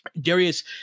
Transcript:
Darius